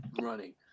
running